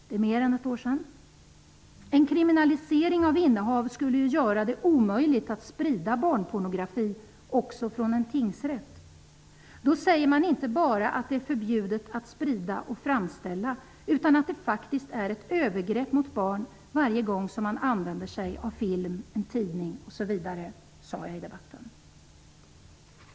Det är mer än ett år sedan: ''En kriminalisering av innehav skulle ju göra det omöjligt att sprida barnpornografi också från en tingsrätt. Då säger man inte bara att det är förbjudet att sprida och framställa utan att det faktiskt är ett övergrepp mot barn varje gång som man använder sig av film, tidning osv.'', sade jag i debatten.